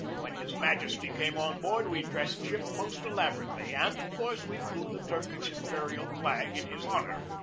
when his majesty came on board we dressed ship most elaborately, and of course we flew the turkish imperial flag in his honor.